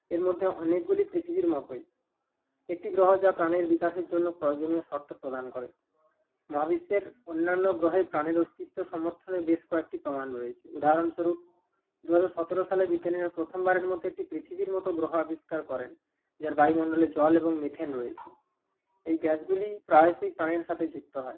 এর মধ্যে অনেকগুলি পৃথিবীর মতোই একটি গ্রহ যা প্রাণের বিকাশের জন্য প্রয়োজনীয় শর্ত প্রদান করে মহাবিশ্বের অন্যান্য গ্রহে প্রাণের অস্তিত্ব সমর্থনে বেশ কয়েকটি প্রমাণ রয়েছে উদাহরণস্বরূপ দুহাজার সতেরো সালে বিজ্ঞানীরা প্রথমবারের মধ্যে একটি পৃথিবীর মতো গ্রহ আবিষ্কার করেন যার বায়ুমন্ডলে জল এবং মিথেন রয়েছে এই গ্যাসগুলি প্রায়শই প্রাণের সাথে যুক্ত হয়